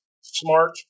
smart